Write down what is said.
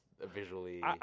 visually